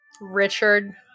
Richard